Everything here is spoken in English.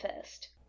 first